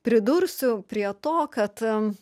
pridursiu prie to kad